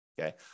okay